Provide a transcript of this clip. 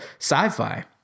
sci-fi